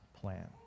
plan